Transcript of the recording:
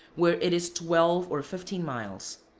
where it is twelve or fifteen miles.